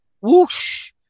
whoosh